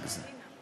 היא מצליחה בזה.